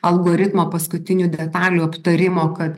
algoritmo paskutinių detalių aptarimo kad